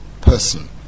person